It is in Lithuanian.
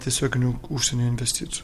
tiesioginių užsienio investicijų